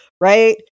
Right